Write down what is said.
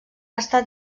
estat